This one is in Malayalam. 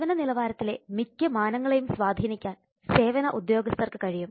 സേവന നിലവാരത്തിലെ മിക്ക മാനങ്ങളേയും സ്വാധീനിക്കാൻ സേവന ഉദ്യോഗസ്ഥർക്ക് കഴിയും